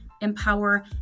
empower